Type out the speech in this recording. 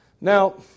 Now